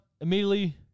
immediately